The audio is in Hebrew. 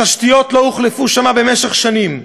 התשתיות לא הוחלפו שם במשך שנים.